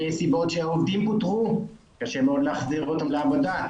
מסיבות שהעובדים פוטרו וקשה מאוד להחזיר אותם לעבודה,